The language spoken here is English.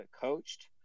coached